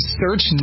search